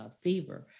fever